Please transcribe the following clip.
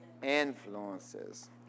Influences